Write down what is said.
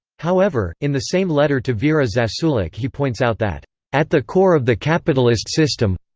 however, in the same letter to vera zasulich he points out that at the core of the capitalist system.